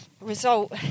result